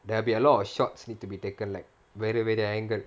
there'll be a lot of shots need to be taken like very weird angle